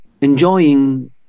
enjoying